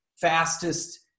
fastest